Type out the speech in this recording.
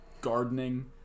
gardening